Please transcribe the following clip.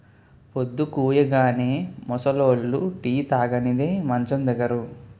పొద్దుకూయగానే ముసలోళ్లు టీ తాగనిదే మంచం దిగరు